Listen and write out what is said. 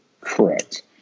Correct